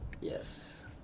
Yes